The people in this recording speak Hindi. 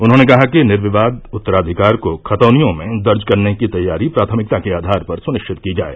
उन्होंने कहा कि निर्विवाद उत्तराधिकार को खतौनियों में दर्ज करने की तैयारी प्राथमिकता के आधार पर सुनिश्चित की जाए